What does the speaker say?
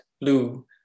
blue